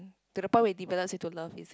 to the point where it develops into love is it